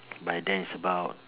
by then it's about